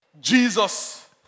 Jesus